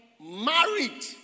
married